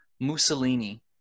mussolini